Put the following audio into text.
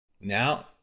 Now